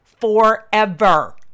forever